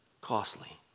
costly